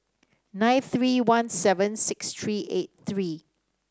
nine three one seven six three eight three